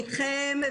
איתכם.